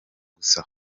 gusa